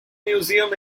museum